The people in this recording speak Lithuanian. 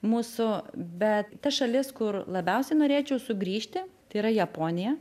mūsų bet ta šalis kur labiausiai norėčiau sugrįžti tai yra japonija